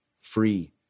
Free